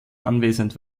anwesend